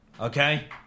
Okay